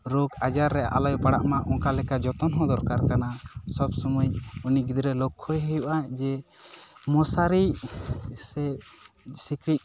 ᱨᱳᱜ ᱟᱡᱟᱨ ᱨᱮ ᱟᱞᱚᱭ ᱯᱟᱲᱟᱜ ᱢᱟ ᱚᱱᱠᱟ ᱞᱮᱠᱟ ᱡᱚᱛᱚᱱ ᱦᱚᱸ ᱫᱚᱨᱠᱟᱨ ᱠᱟᱱᱟ ᱥᱚᱵ ᱥᱳᱢᱚᱭ ᱩᱱᱤ ᱜᱤᱫᱽᱨᱟᱹ ᱞᱳᱠᱠᱷᱚᱭᱮ ᱦᱩᱭᱩᱜᱼᱟ ᱡᱮ ᱢᱚᱥᱟᱨᱤ ᱥᱮ ᱥᱤᱠᱲᱤᱡᱽ